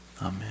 Amen